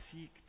seek